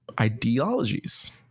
ideologies